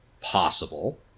Possible